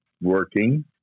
working